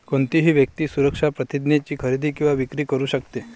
कोणतीही व्यक्ती सुरक्षा प्रतिज्ञेची खरेदी किंवा विक्री करू शकते